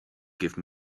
give